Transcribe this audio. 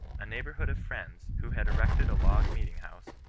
a neighbourhood of friends, who had erected a log meeting house,